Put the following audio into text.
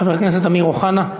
חבר הכנסת אמיר אוחנה,